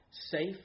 safe